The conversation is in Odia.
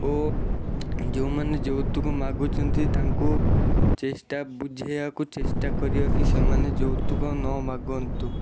ଓ ଯେଉଁମାନେ ଯୌତୁକ ମାଗୁଛନ୍ତି ତାଙ୍କୁ ଚେଷ୍ଟା ବୁଝାଇବାକୁ ଚେଷ୍ଟା କରିବାକି ସେମାନେ ଯୌତୁକ ନ ମାଗନ୍ତୁ